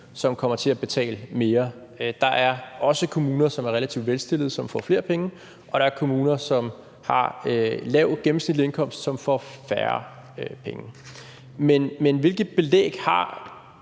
som kommer til at betale mere. Der er også kommuner, som er relativt velstillede, som får flere penge. Og der er kommuner, som har en lav gennemsnitlig indkomst, som får færre penge. Men hvilket belæg har